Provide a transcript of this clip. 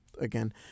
again